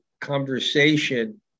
conversation